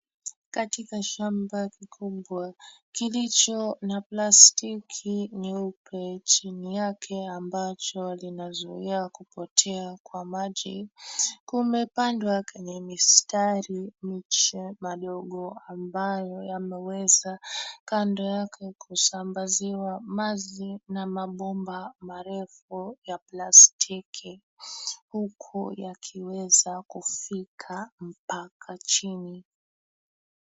Katika shamba kikubwa kilicho na plastiki nyeupe chini yake ambacho linazuia kupotea kwa maji. Kumepandwa kwenye mistari mche madogo ambayo yameweza kando yake kusambaziwa maji na mabomba marefu ya plastiki, huku yakiweza kufika mpaka chini.